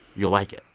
you'll like it.